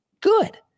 good